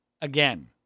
again